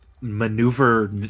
maneuver